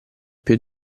più